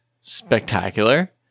Spectacular